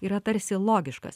yra tarsi logiškas